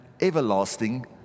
everlasting